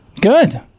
Good